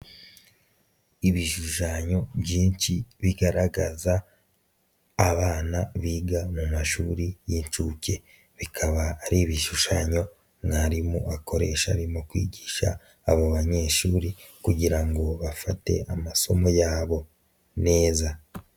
Ibishushanyo byinshi bigaragaza abana biga mu mashuri y'inshuke bikaba ari ibishushanyo mwarimu akoresha arimo kwigisha abo banyeshuri kugira ngo bafate amasomo yabo neza.